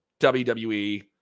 WWE